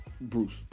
Bruce